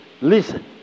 Listen